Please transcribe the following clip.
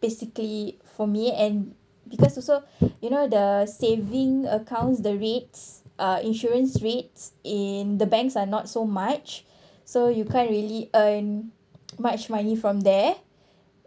basically for me and because also you know the saving accounts the rates uh insurance rates in the banks are not so much so you can't really earn much money from there